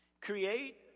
Create